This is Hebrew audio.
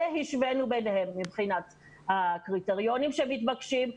והשווינו ביניהן מבחינת הקריטריונים שמתבקשים,